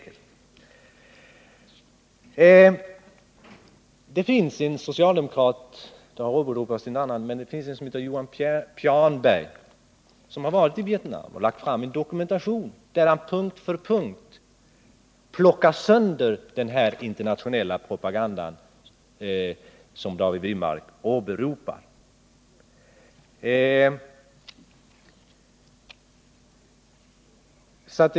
En socialdemokrat som heter Johan Peanberg, som varit i Vietnam, har lagt fram en dokumentation där han punkt för punkt plockar sönder den internationellt spridda propaganda som David Wirmark åberopar.